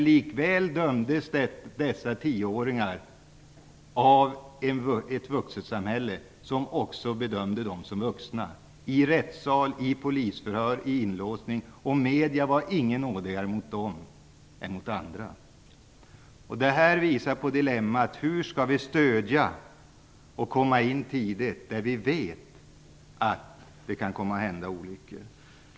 Likväl bedömdes dessa tioåringar av ett vuxensamhälle som vuxna. Detta skedde i rättssalen, i polisförhören och vid inlåsningen. Medierna var inte nådigare mot dem än mot andra. Detta visar på ett dilemma. Hur skall vi stödja och komma in på ett tidigt stadium när vi vet att det kan hända olyckor?